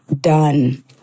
done